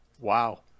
Wow